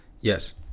Yes